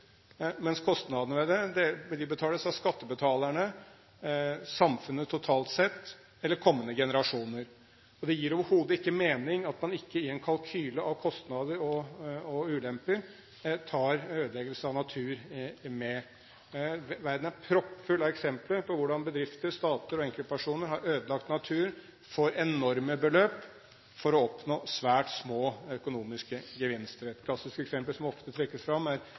mens kostnadene ved det betales av skattebetalerne, samfunnet totalt sett eller kommende generasjoner. Det gir overhodet ikke mening at man i en kalkyle over kostnader og ulemper ikke tar med ødeleggelse av natur. Verden av proppfull av eksempler på hvordan bedrifter, stater og enkeltpersoner har ødelagt natur for enorme beløp for å oppnå svært små økonomiske gevinster. Et klassisk eksempel som ofte trekkes fram,